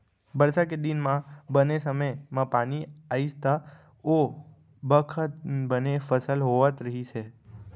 बरसा के दिन म बने समे म पानी आइस त ओ बखत बने फसल होवत रहिस हे